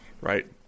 right